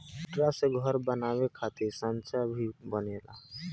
पटरा से घर बनावे खातिर सांचा भी बनेला